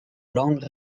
langue